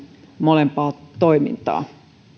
molempaa toimintaa